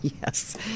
Yes